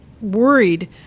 worried